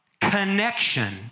connection